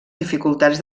dificultats